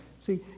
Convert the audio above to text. See